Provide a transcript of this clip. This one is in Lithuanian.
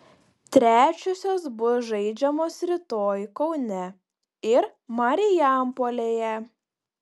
trečiosios bus žaidžiamos rytoj kaune ir marijampolėje